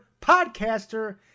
podcaster